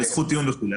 לזכות טיעון וכולי.